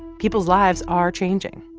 people's lives are changing,